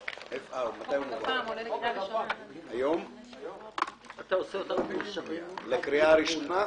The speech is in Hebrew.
הארכת התקופה בסעיף 17ב(ב) לחוק 2. התקופה האמורה בסעיף 17ב(ב)